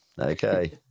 Okay